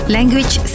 Language